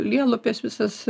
lielupės visas